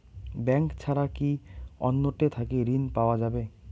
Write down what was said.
Bank ছাড়া কি অন্য টে থাকি ঋণ পাওয়া যাবে?